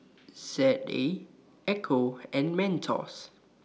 Z A Ecco and Mentos